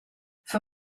for